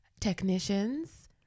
technicians